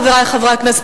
חברי חברי הכנסת,